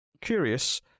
curious